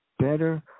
better